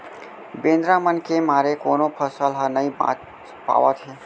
बेंदरा मन के मारे कोनो फसल ह नइ बाच पावत हे